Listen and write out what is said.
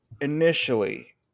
Initially